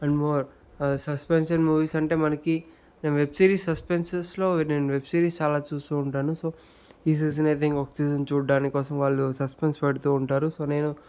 and more suspension movies అంటే మనకి web series సస్పెన్సెస్లో నేను వెబ్ సిరీస్ చాలా చూస్తూ ఉంటాను సో ఈ సీజన్ అయితే ఇంకొక సీజన్ చూడ్డానికోసం వాళ్లు సస్పెన్స్ పెడుతూ ఉంటారు సో నేను